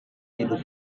hidup